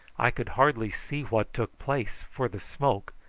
i could hardly see what took place for the smoke,